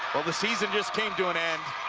but the season just came to an end,